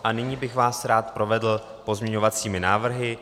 A nyní bych vás rád provedl pozměňovacími návrhy.